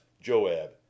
Joab